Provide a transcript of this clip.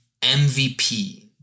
MVP